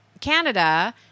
Canada